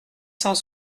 cent